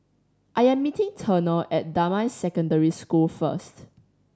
I am meeting Turner at Damai Secondary School first